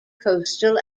coastal